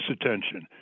attention